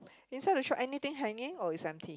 inside the shop anything hanging or is empty